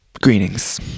Greetings